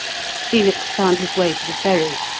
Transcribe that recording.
felix found his way to the ferry,